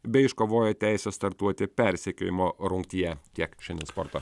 bei iškovojo teisę startuoti persekiojimo rungtyje tiek šiandien sporto